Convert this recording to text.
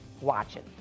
watching